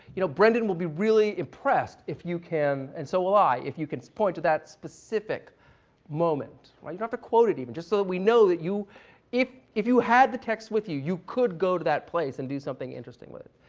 you know, brendan will be really impressed if you can and so will i, if you can point to that specific moment. you don't have to quote it even, just so that we know that you if if you had the text with you, you could go to that place and do something interesting with it.